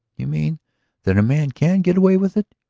you mean that a man can get away with it?